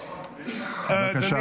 בבקשה.